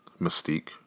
Mystique